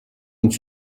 uns